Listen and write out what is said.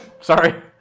Sorry